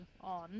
on